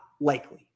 likely